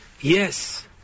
yes